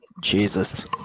Jesus